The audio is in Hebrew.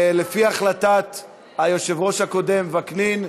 לפי החלטת היושב-ראש הקודם וקנין,